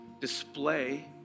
display